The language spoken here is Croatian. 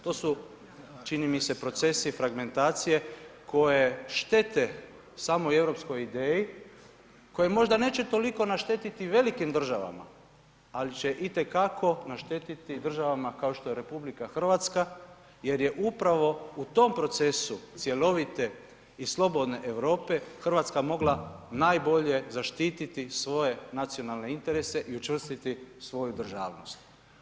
To su čini mi se procesi, fragmentacije koje štete samoj europskoj ideji, koje možda neće toliko naštetiti velikim državama, ali će itekako naštetiti državama kao što je RH jer je upravo u tom procesu cjelovite i slobodne Europe Hrvatska mogla najbolje zaštititi svoje nacionalne interese i učvrstiti svoju državnost.